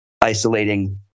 isolating